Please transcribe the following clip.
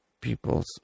people's